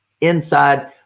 inside